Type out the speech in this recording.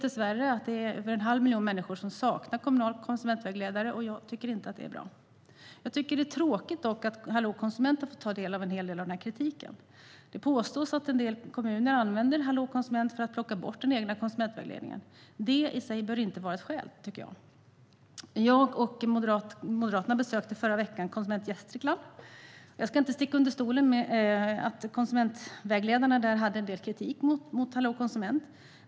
Dessvärre saknar över en halv miljon människor kommunal konsumentvägledare, och det är inte bra. Jag tycker att det är tråkigt att Hallå konsument har fått en del kritik. Det påstås nämligen att kommuner använder Hallå konsument som skäl för att plocka bort den egna konsumentvägledningen. Men det bör inte vara ett skäl, tycker jag. Förra veckan besökta jag och Moderaterna Konsument Gästrikland. Jag ska inte sticka under stol med att konsumentvägledarna hade en del kritik mot Hallå konsument.